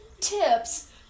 tips